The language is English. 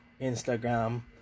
Instagram